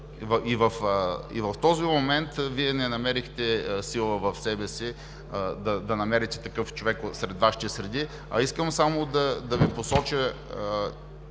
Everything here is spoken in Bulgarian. И в този момент Вие не намерихте сила в себе си да намерите такъв човек сред Вашите среди. Искам само да Ви посоча: